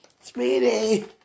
Speedy